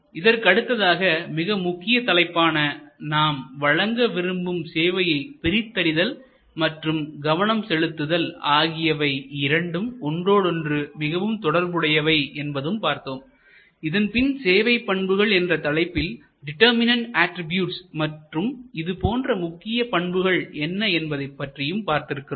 இதற்கு அடுத்ததாக மிக முக்கிய தலைப்பான நாம் வழங்க விரும்பும் சேவையை பிரித்தறிதல் மற்றும் கவனம் செலுத்துதல் ஆகியவை இரண்டும் ஒன்றோடொன்று மிகவும் தொடர்புடையவை என்பதும் பார்த்தோம் இதன்பின் சேவை பண்புகள் என்ற தலைப்பில் டிட்டர்மினென்ட் அட்ரிபியூட்ஸ் மற்றும் இது போன்ற முக்கியமான பண்புகள் என்ன என்பதைப் பற்றியும் பார்த்திருக்கிறோம்